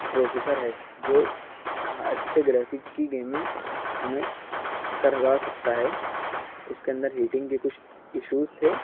processor ہے جو اچھے گرافک کی گیمنگ ہمیں کروا سکتا ہے اس کے اندر ہیٹنگ کے کچھ ایشوز تھے